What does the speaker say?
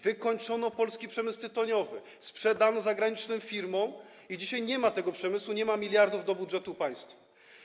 Wykończono polski przemysł tytoniowy, sprzedano zagranicznym firmom, i dzisiaj nie ma tego przemysłu, nie ma wpływu miliardów do budżetu państwa.